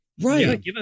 right